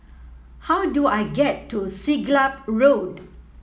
how do I get to Siglap Road